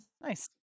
Nice